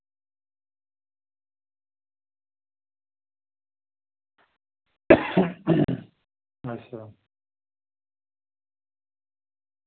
अच्छा